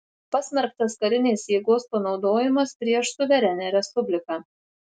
pasmerktas karinės jėgos panaudojimas prieš suverenią respubliką